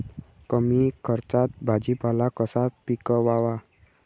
कमी खर्चात भाजीपाला कसा पिकवावा?